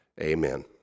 Amen